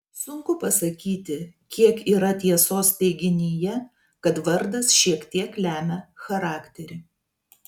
sunku pasakyti kiek yra tiesos teiginyje kad vardas šiek tiek lemia charakterį